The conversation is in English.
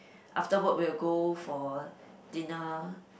after work we will go for dinner